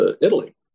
Italy